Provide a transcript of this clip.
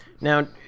now